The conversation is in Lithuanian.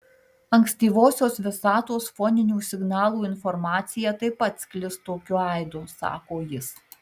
ankstyvosios visatos foninių signalų informacija taip pat sklis tokiu aidu sako jis